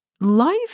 life